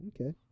okay